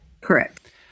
Correct